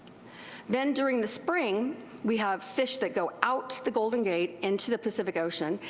then during the spring we have fish that go out the golden gate into the pacific ocean,